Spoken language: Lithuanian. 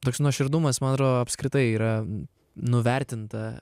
toks nuoširdumas man atrodo apskritai yra nuvertinta